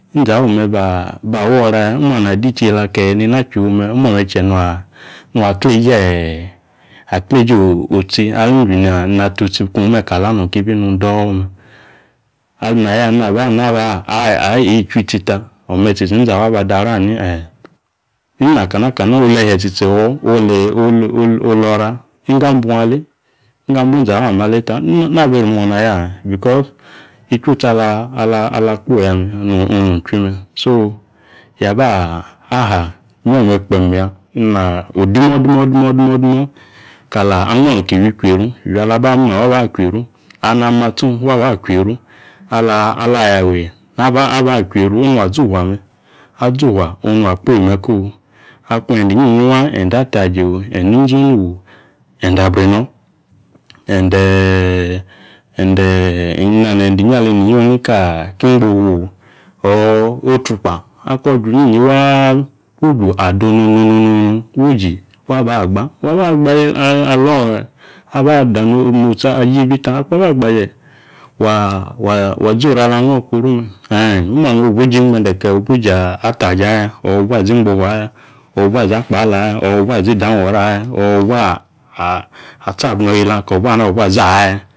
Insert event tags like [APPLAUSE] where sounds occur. Nzahu me̱ [HESITATION] maba woraya. Omu alena aditsi ke nena achu yiwu mee, omuame [HESITATION] nung akleje [HESITATION] otsi ali injiwi natotsi kung me̱ ka la nung kibi nung do̱o̱ me̱. [HESITATION] aleni aba ichwi ta, o̱me̱ tsitsi ni nzahu aba adare ani e̱e̱ inina, kana kana olehie tsitsi [HESITATION] or olora inggo ambung ale, inggo ambung nzahu ame aleta nabi itri mona ya because ichutsi [HESITATION] ala akpoya me onung chusi me̱ so yaba, aha me̱me̱ kpeem ya. Ina odumodumodumodumo kala amant oki iywi kwieru, iywi alaba moma aba nkwieru, alina matsung aba kwieru, alaya wee [HESITATION] aba kwieru onung azufua, me̱ azufua onung okpoyi me̱ko. Akung e̱nde̱ inyiyi wang e̱nde̱ ataje o, ende inzinu o e̱nde̱ abrino [HESITATION] ina ne̱nde̱ inyi aleni inyiung ni [HESITATION] ki ngbofu o or otrukpa ako iju inyiyi waaa wuju adenonononu wuji waba agba. [HESITATION] waba agba aba domotsi aji ibita, akung aba gbaje [HESITATION] wa zi oru ala agbo̱ koru me̱ [HESITATION] omu ame̱ wibu iji ingbende ke wibu iji ataje aaya or wibu zi ngbofu aaya or wibu zi akpala aaya or wibu zi idawo̱ri aaya or wibu [HESITATION] atsi abrino̱ yeela ko̱bu ani zi aaya.